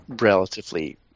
relatively